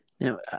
Now